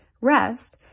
rest